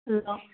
hello